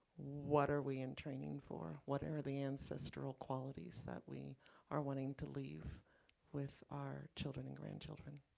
what are we in training for, what are the ancestral qualities that we are wanting to leave with our children and grandchildren.